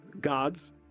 gods